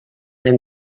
and